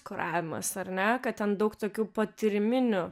kuravimas ar ne kad ten daug tokių patyriminių